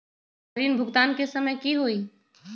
हमर ऋण भुगतान के समय कि होई?